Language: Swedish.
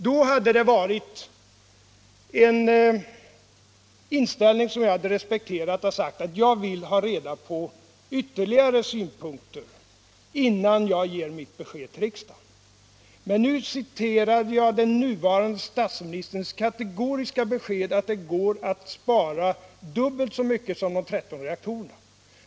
Då hade jag kunnat respektera fru Olssons inställning att vilja ha reda på ytterligare synpunkter innan besked ges till riksdagen. att spara elkraft hushållen Men nu citerade jag den nuvarande statsministerns kategoriska besked att det går att spara dubbelt så mycket energi som motsvarar de 13 reaktorerna.